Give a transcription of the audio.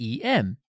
EM